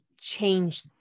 change